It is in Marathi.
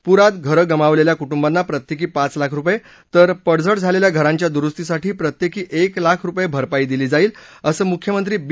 पुरात घरं गमावलेल्या कुटुंबांना प्रत्येकी पाच लाख रुपये तर पडझड झालेल्या घरांच्या दुरुस्तीसाठी प्रत्येकी एक लाख रुपये भरपाई दिली जाईल असं मुख्यमंत्री बी